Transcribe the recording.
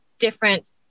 different